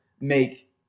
make